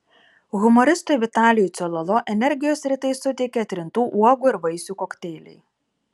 humoristui vitalijui cololo energijos rytais suteikia trintų uogų ir vaisių kokteiliai